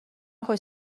خوش